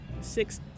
six